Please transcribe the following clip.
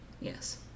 Yes